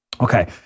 Okay